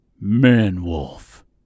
Man-wolf